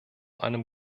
einem